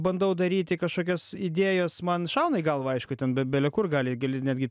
bandau daryti kažkokias idėjas man šauna į galvą aišku ten be bele kur gali gali netgi